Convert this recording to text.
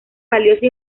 valiosa